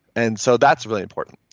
and so that's really important.